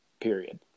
Period